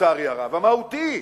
לצערי הרב, המהותי,